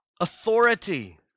authority